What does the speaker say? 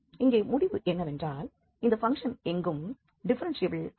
இங்கே முடிவு என்னவென்றால் இந்த பங்க்ஷன் எங்கும் டிஃப்ஃபெரென்ஷியபிள் அல்ல